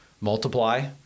multiply